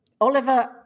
Oliver